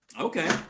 Okay